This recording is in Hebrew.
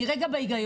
אני עכשיו בהיגיון.